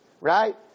right